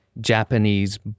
Japanese